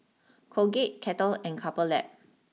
Colgate Kettle and Couple Lab